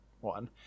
one